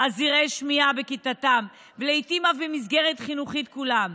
עזרי שמיעה בכיתתם ולעיתים אף במסגרת החינוכית כולה,